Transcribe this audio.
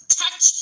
touch